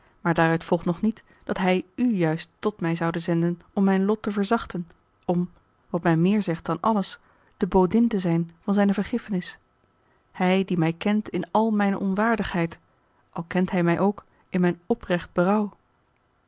maar daaruit volgt nog niet dat hij u juist tot mij zoude zenden om mijn lot te verzachten om wat mij meer zegt dan alles de bodin te zijn van zijne vergiffenis hij die mij kent in al mijne onwaardigheid al kent hij mij ook in mijn oprecht